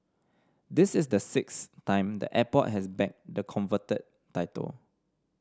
this is the sixth time the airport has bagged the coveted title